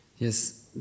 Yes